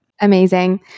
Amazing